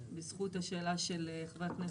בזכות השאלה של חבר הכנסת אשר.